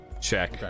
check